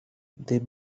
they